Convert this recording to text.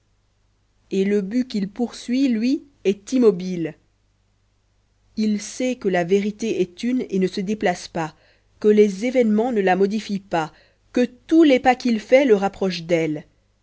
et le but qu'il poursuit lui est immobile il sait que la vérité est une et ne se déplace pas que les événements ne la modifient pas que tous les pas qu'il fait le rapprochent d'elle